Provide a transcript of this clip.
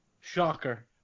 Shocker